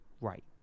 Right